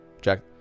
Jack